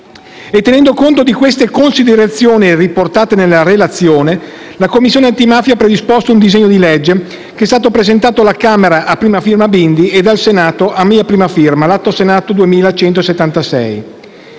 Tenendo conto delle considerazioni riportate dalla relazione, la Commissione antimafia ha predisposto un disegno di legge che è stato presentato alla Camera a prima firma dell'onorevole Bindi ed al Senato a mia prima firma (l'Atto Senato 2176).